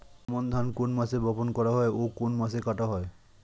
আমন ধান কোন মাসে বপন করা হয় ও কোন মাসে কাটা হয়?